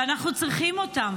ואנחנו צריכים אותם.